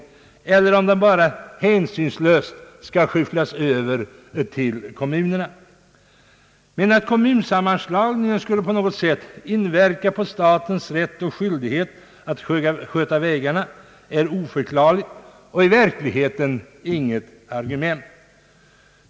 Skall den bara hänsynslöst skyfflas över till kommunerna? Att kommun sammanslagningen på något sätt skulle inverka på statens rätt och skyldighet att sköta vägarna är oförklarligt och i verkligheten inte något argument.